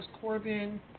Corbin